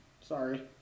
Sorry